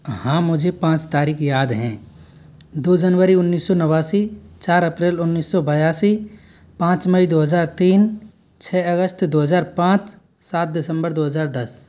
हाँ मुझे पाँच तारीख़ें याद हैं दो जनवरी उन्नीस सौ नवासी चार अप्रैल उन्नीस सौ बयासी पाँच मई दो हज़ार तीन छः अगस्त दो हज़ार पाँच सात दिसंबर दो हज़ार दस